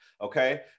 okay